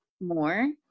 more